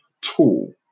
tool